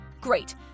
Great